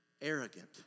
arrogant